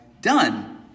done